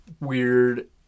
weird